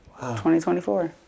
2024